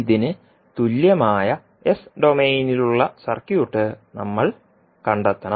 ഇതിന് തുല്യമായ s ഡൊമെയ്നിലുളള സർക്യൂട്ട് നമ്മൾ കണ്ടെത്തണം